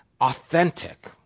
authentic